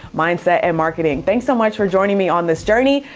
mindset and marketing. thanks so much for joining me on this journey.